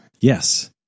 Yes